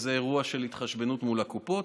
וזה אירוע של התחשבנות מול הקופות.